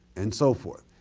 and so forth.